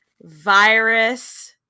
virus